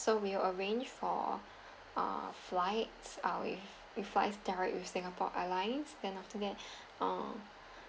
so we arrange for uh flights uh with with flights direct with singapore airlines then after that uh